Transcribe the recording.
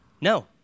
No